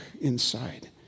inside